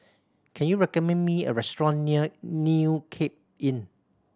can you recommend me a restaurant near New Cape Inn